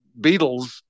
Beatles